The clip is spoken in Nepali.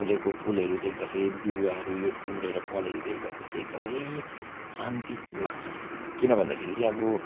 फुलेको फुलहेरू देख्दाखेरि बिरुवाहरू यो उम्रिएर फलहरू देख्दाखेरि चाहिँ एक्दमै शान्ति लाग्छ किन भन्दाखेरि चाहिँ अब